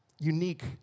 unique